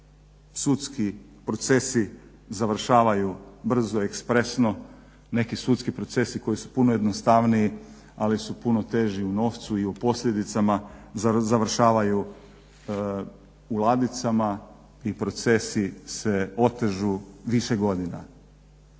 sudski procesi završavaju brzo, ekspresno, neki sudski procesi koji su puno jednostavniji, ali su puno teži u novcu i u posljedicama završavaju u ladicama i procesi se otežu više godina.